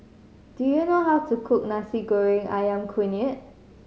do you know how to cook Nasi Goreng Ayam Kunyit